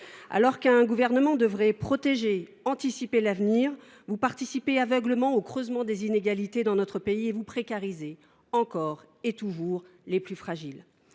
Alors qu’un gouvernement devrait protéger et anticiper l’avenir, vous participez aveuglément au creusement des inégalités dans notre pays et vous précarisez, encore et toujours, les plus fragiles.